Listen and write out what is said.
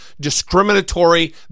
discriminatory